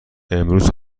امروز